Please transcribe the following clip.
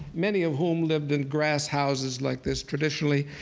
many of whom lived in grass houses like this traditionally.